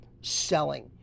selling